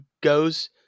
goes –